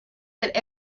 that